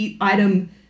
item